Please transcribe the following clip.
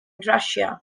russia